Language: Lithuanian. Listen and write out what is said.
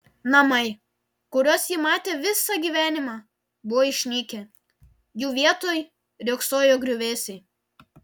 namai kuriuos ji matė visą gyvenimą buvo išnykę jų vietoj riogsojo griuvėsiai